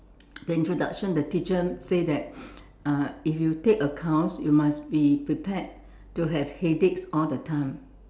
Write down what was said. the introduction the teacher say that uh if you take accounts you must be prepared to have headaches all the time